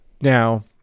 Now